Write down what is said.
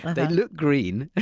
they look green,